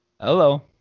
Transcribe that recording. Hello